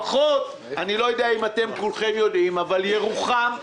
אני לא יודע אם כולכם יודעים אבל ירוחם,